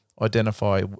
identify